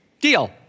deal